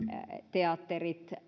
teatterit